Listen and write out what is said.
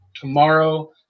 tomorrow